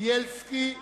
בילסקי,